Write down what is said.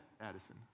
Addison